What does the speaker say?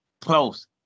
close